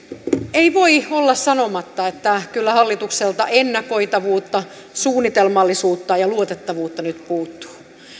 ei voi olla sanomatta että kyllä hallitukselta ennakoitavuutta suunnitelmallisuutta ja luotettavuutta nyt puuttuu